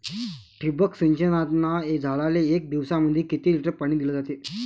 ठिबक सिंचनानं झाडाले एक दिवसामंदी किती लिटर पाणी दिलं जातं?